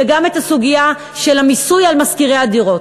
וגם את הסוגיה של המיסוי על משכירי הדירות.